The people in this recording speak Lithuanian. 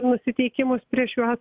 nusiteikimus prieš juos